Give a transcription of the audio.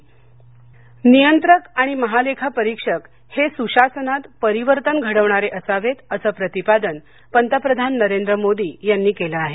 पंतप्रधान लेखापाल परिषद नियंत्रक आणि महालेखा परीक्षक हे सुशासनात परिवर्तन घडवणारे असावेत असं प्रतिपादन पंतप्रधान नरेंद्र मोदी यांनी केलं आहे